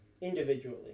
individually